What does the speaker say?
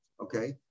Okay